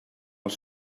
els